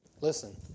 Listen